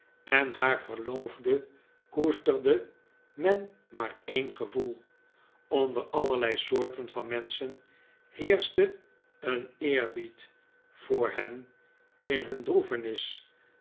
en haar verloofde koesterde men maar een gevoel onder allerlei soorten van menschen heerschte een eerbied vobr hen in hun